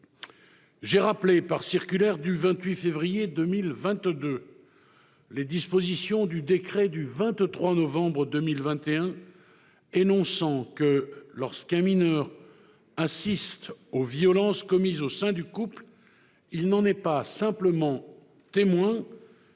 J'ai rappelé par circulaire du 28 février 2022 les dispositions du décret du 23 novembre 2021 énonçant que « lorsqu'un mineur assiste aux violences commises au sein du couple, il n'en est pas simplement le témoin,